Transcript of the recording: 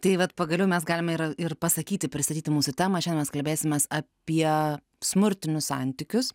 tai vat pagaliau mes galime ir ir pasakyti pristatyti mūsų temą šiandien mes kalbėsimės apie smurtinius santykius